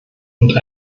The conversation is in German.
und